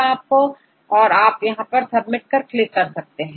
तो आप यदि सबमिट पर क्लिक करते हैं